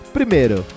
Primeiro